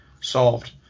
solved